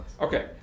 Okay